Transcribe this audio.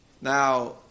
Now